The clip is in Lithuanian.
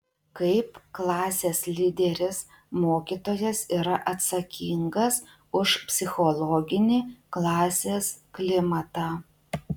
kaip klasės lyderis mokytojas yra atsakingas už psichologinį klasės klimatą